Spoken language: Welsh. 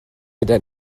gyda